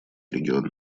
регион